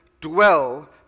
dwell